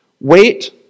Wait